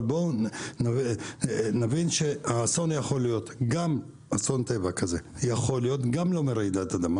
אבל בואו נבין שאסון טבע כזה יכול להיות לא רק מרעידת אדמה.